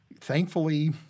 thankfully